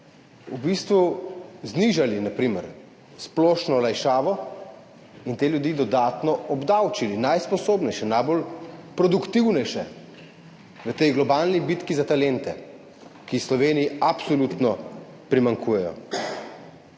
v bistvu znižali na primer splošno olajšavo in te ljudi dodatno obdavčili, najsposobnejše, najproduktivnejše. V tej globalni bitki za talente, ki Sloveniji absolutno primanjkujejo.